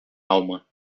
alma